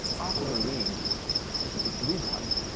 aquamarine is the blue part.